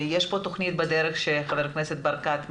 יש פה תוכנית בדרך שחבר הכנסת ברקת מכין,